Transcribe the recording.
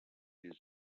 you